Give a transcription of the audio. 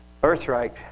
birthright